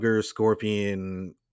scorpion